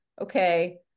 okay